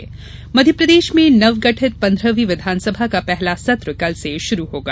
विधानसभा सत्र मध्यप्रदेश में नवगठित पंद्रहवीं विधानसभा का पहला सत्र कल से शुरु होगा